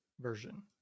version